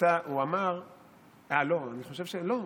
אני יכול להגיד לך מדוע אני נמנע מלחזור על דבריו של ראש הממשלה.